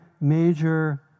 major